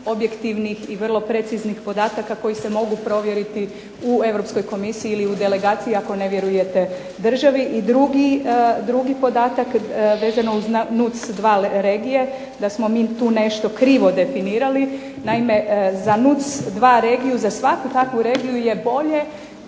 objektivnih i vrlo preciznih podataka koji se mogu provjeriti u Europskoj komisiji ili u delegaciji ako ne vjerujete. I drugi podatak vezano uz NUC2 regije da smo mi tu nešto krivo definirali. Naime, za NUC2 regiju i za svaku takvu regiju je bolje,